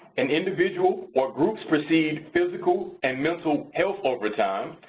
an individual or groups received physical and mental health over time,